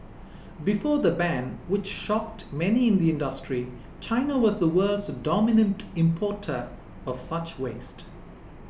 before the ban which shocked many in the industry China was the world's dominant importer of such waste